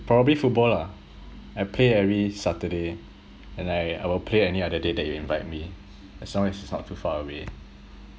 probably football lah I play every saturday and I I will play any other day that you invite me as long as it's not too far away